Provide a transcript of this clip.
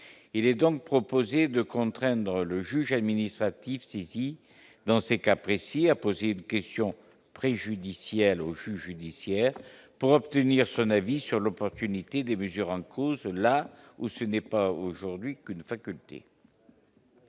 il est donc proposé de contraindre le juge administratif saisi dans ces cas précis, a posé une question préjudicielle au juge judiciaire pour obtenir son avis sur l'opportunité des mesures en cause là où ce n'est pas aujourd'hui qu'une faculté.